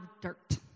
dirt